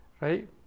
right